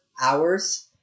hours